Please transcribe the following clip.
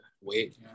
wait